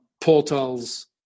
portals